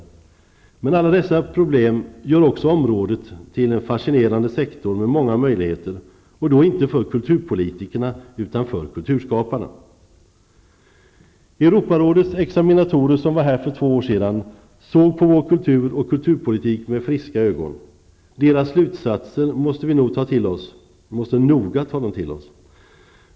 Men alla dessa problem gör också området till en fascinerande sektor med många möjligheter, och då inte för kulturpolitikerna utan för kulturskaparna. Europarådets examinatorer, som var här för två år sedan, såg på vår kultur och kulturpolitik med friska ögon. Deras slutsatser måste vi noga ta till oss.